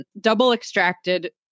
double-extracted